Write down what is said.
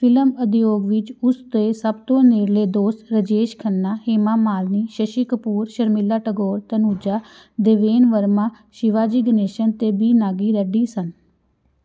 film ਉਦਯੋਗ ਵਿੱਚ ਉਸ ਦੇ ਸਭ ਤੋਂ ਨੇੜਲੇ ਦੋਸਤ ਰਾਜੇਸ਼ ਖੰਨਾ ਹੇਮਾ ਮਾਲਿਨੀ ਸ਼ਸ਼ੀ ਕਪੂਰ ਸ਼ਰਮੀਲਾ ਟੈਗੋਰ ਤਨੁਜਾ ਦੇਵੇਨ ਵਰਮਾ ਸ਼ਿਵਾਜੀ ਗਣੇਸਨ ਅਤੇ ਬੀ ਨਾਗੀ ਰੈੱਡੀ ਸਨ